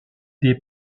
des